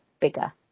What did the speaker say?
bigger